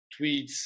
tweets